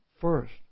first